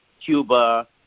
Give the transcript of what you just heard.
Cuba